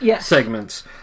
segments